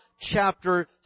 chapter